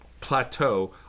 plateau